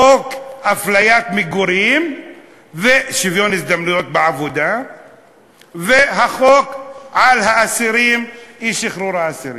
חוק אפליית מגורים ושוויון הזדמנויות בעבודה והחוק על אי-שחרור אסירים.